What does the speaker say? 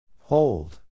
Hold